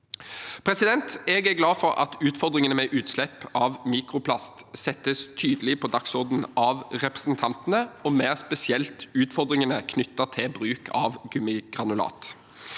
med idrett. Jeg er glad for at utfordringene med utslipp av mikroplast settes tydelig på dagsordenen av representantene, og mer spesifikt utfordringene knyttet til bruken av gummigranulat.